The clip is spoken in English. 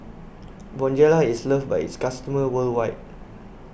Bonjela is loved by its customers worldwide